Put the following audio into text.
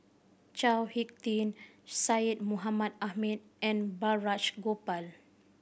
Chao Hick Tin Syed Mohamed Ahmed and Balraj Gopal